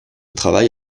travail